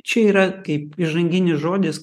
čia yra kaip įžanginis žodis